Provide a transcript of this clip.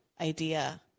idea